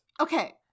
Okay